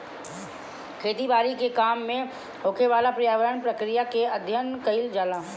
खेती बारी के काम में होखेवाला पर्यावरण प्रक्रिया के अध्ययन कईल जाला